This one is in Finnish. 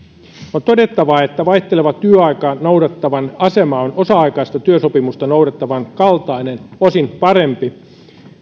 on todettava että vaihtelevaa työaikaa noudattavan asema on osa aikaista työsopimusta noudattavan kaltainen osin parempi